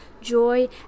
joy